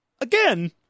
again